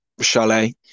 Chalet